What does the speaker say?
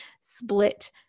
split